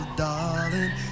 darling